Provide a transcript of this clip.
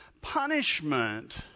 Punishment